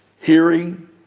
hearing